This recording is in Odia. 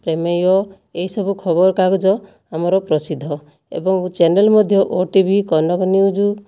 ପ୍ରମେୟ ଏହି ସବୁ ଖବର କାଗଜ ଆମର ପ୍ରସିଦ୍ଧ ଏବଂ ଚ୍ୟାନେଲ୍ ମଧ୍ୟ ଓଟିଭି କନକ ନ୍ୟୁଜ୍